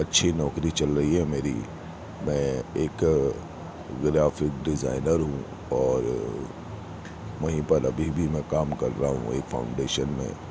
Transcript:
اچھی نوکری چل رہی ہے میری میں ایک گرافک ڈیزائنر ہوں اور وہیں پر ابھی بھی میں کام کر رہا ہوں وہی فاؤنڈیشن میں